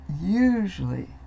usually